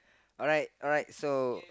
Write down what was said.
alright alright so